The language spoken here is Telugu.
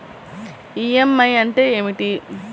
ఈ.ఎం.ఐ అంటే ఏమిటి?